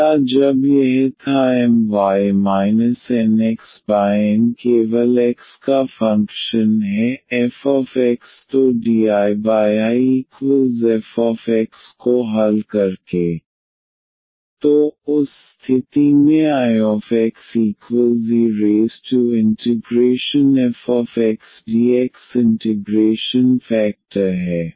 पहला जब यह था My NxN केवल x का फंक्शन है fx तो dIIfxdx को हल करके तो उस स्थिति में Ixefxdx इंटिग्रेशन फेकटर है